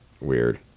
Weird